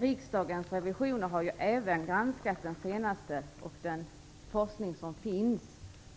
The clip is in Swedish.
Riksdagens revisorer har även granskat den senaste forskningen om